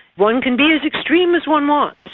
one can be as extreme as one wants,